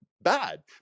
bad